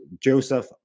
Joseph